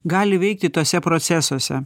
gali veikti tuose procesuose